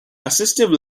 assistive